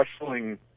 wrestling